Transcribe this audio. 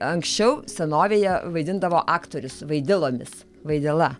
anksčiau senovėje vaidindavo aktorius vaidilomis vaidila